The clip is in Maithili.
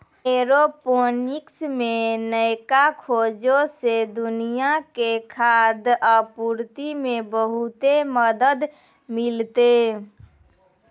एयरोपोनिक्स मे नयका खोजो से दुनिया के खाद्य आपूर्ति मे बहुते मदत मिलतै